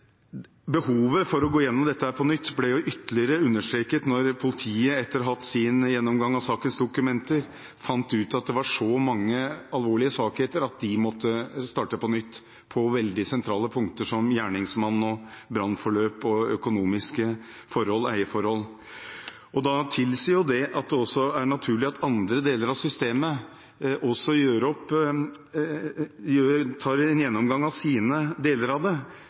Behovet for å gå gjennom dette på nytt ble ytterligere understreket da politiet etter å ha hatt sin gjennomgang av sakens dokumenter, fant ut at det var så mange alvorlige svakheter at de måtte starte på nytt på veldig sentrale punkter, som gjerningsmann, brannforløp, økonomiske forhold og eierforhold. Da er det også naturlig at andre deler av systemet tar en gjennomgang av sine deler av det